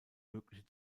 mögliche